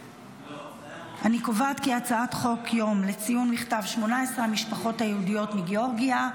להעביר את הצעת חוק יום לציון מכתב 18 המשפחות היהודיות מגאורגיה,